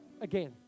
again